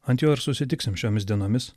ant jo ir susitiksime šiomis dienomis